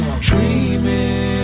dreaming